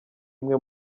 imwe